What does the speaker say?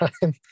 time